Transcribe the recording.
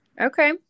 Okay